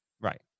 Right